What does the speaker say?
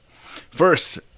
First